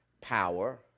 power